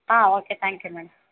ah okay thank you madam